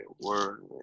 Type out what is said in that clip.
word